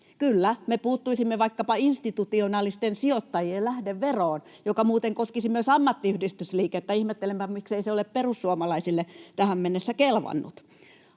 Kyllä, me puuttuisimme vaikkapa institutionaalisten sijoittajien lähdeveroon, joka muuten koskisi myös ammattiyhdistysliikettä. Ihmettelenpä, miksei se ole perussuomalaisille tähän mennessä kelvannut.